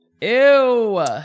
Ew